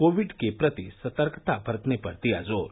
Covid के प्रति सतर्कता बरतने पर दिया जोर